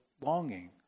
longing